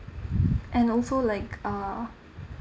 and also like uh